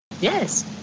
Yes